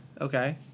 Okay